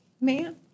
man